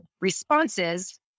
responses